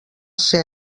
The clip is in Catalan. ser